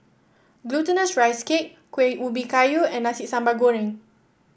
Glutinous Rice Cake Kuih Ubi Kayu and Nasi Sambal Goreng